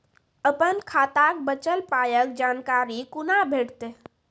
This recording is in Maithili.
अपन खाताक बचल पायक जानकारी कूना भेटतै?